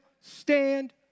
stand